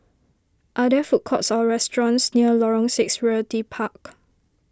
are there food courts or restaurants near Lorong six Realty Park